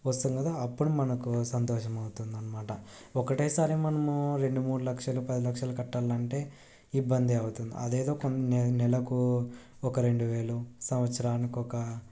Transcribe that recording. వస్తుంది గదా అప్పుడు మనకు సంతోషం అవుతుంది అన్నమాట ఒకటేసారి మనము రెండు మూడు లక్షలు పది లక్షలు కట్టాలంటే ఇబ్బందే అవుతుంది అదేదో కొన్ని నెల నెలకు ఒక రెండువేలు సంవత్సరానికి ఒక